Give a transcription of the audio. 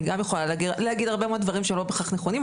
אני גם יכולה להגיד הרבה מאוד דברים שלא בהכרח נכונים,